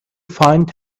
find